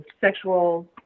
Sexual